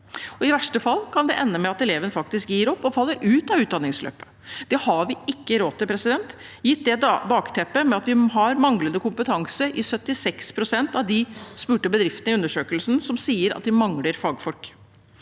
I verste fall kan det ende med at eleven faktisk gir opp og faller ut av utdanningsløpet. Det har vi ikke råd til, gitt bakteppet med manglende kompetanse i 76 pst. av de spurte bedriftene i undersøkelsen, som sier at de mangler fagfolk.